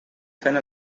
fent